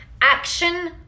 action